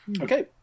Okay